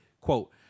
Quote